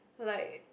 like